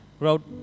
wrote